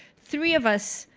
three of us,